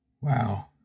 Wow